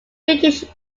british